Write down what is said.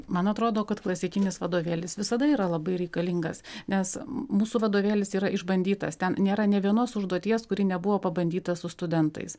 man atrodo kad klasikinis vadovėlis visada yra labai reikalingas nes mūsų vadovėlis yra išbandytas ten nėra nė vienos užduoties kuri nebuvo pabandyta su studentais